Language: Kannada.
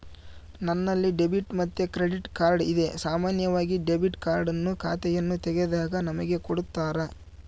ನನ್ನಲ್ಲಿ ಡೆಬಿಟ್ ಮತ್ತೆ ಕ್ರೆಡಿಟ್ ಕಾರ್ಡ್ ಇದೆ, ಸಾಮಾನ್ಯವಾಗಿ ಡೆಬಿಟ್ ಕಾರ್ಡ್ ಅನ್ನು ಖಾತೆಯನ್ನು ತೆಗೆದಾಗ ನಮಗೆ ಕೊಡುತ್ತಾರ